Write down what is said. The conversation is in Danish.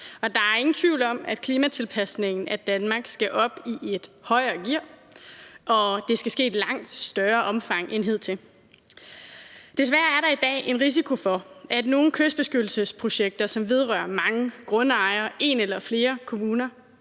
Der er ingen tvivl om, at klimatilpasningen af Danmark skal op i et højere gear, og at det skal ske i et langt større omfang end hidtil. Der er desværre i dag en risiko for, at nogle kystbeskyttelsesprojekter, som vedrører mange grundejere og en eller flere kommuner,